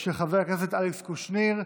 של חבר הכנסת אלכס קושניר,